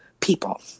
people